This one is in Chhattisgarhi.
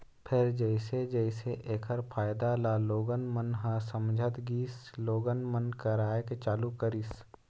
फेर जइसे जइसे ऐखर फायदा ल लोगन मन ह समझत गिस लोगन मन कराए के चालू करिस